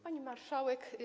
Pani Marszałek!